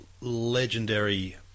legendary